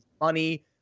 money